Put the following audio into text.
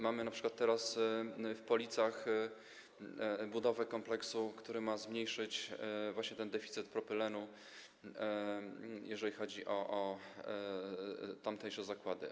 Mamy np. teraz w Policach budowę kompleksu, który ma zmniejszyć właśnie ten deficyt propylenu, jeżeli chodzi o tamtejsze zakłady.